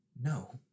no